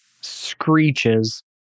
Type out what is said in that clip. screeches